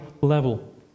level